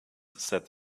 said